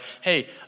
hey